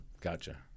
Gotcha